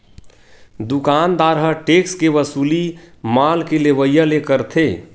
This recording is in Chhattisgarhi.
दुकानदार ह टेक्स के वसूली माल के लेवइया ले करथे